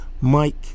Mike